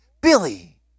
Billy